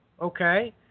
okay